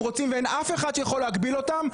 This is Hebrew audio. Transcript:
רוצים ואין אף אחד שיכול להגביל אותם,